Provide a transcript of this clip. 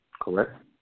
Correct